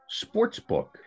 sportsbook